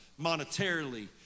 monetarily